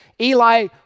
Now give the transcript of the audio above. Eli